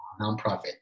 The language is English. nonprofit